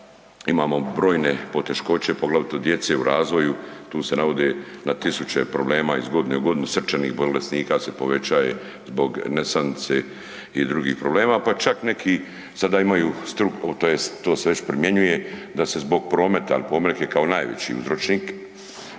imamo brojne poteškoće poglavito djece u razvoju, tu se navode na tisuće problema iz godine u godinu, srčanih bolesnika se povećaje zbog nesanice i drugih problema, pa čak neki sada imaju tj. to se već primjenjuje da se zbog prometa, jel promet je kao najveći uzročnik,